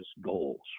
goals